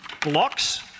blocks